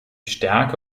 stärke